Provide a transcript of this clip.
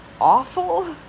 awful